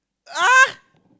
!huh!